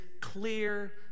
clear